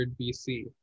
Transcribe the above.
bc